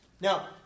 Now